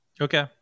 Okay